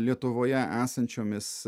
lietuvoje esančiomis